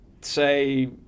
say